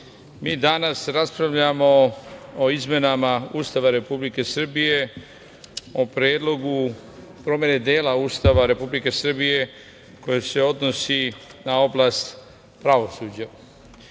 mi danas raspravljamo o izmenama Ustava Republike Srbije, o predlogu promene dela Ustava Republike Srbije koji se odnosi na oblast pravosuđa.